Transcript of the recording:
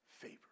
favor